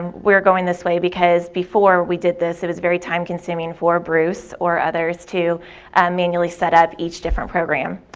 we're going this way because before we did this it was very time consuming for bruce or others to manually set up each different program.